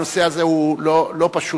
הנושא הזה הוא לא פשוט.